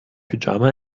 pyjama